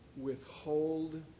withhold